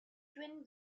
twin